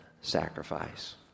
sacrifice